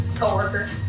co-worker